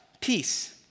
peace